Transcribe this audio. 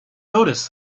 noticed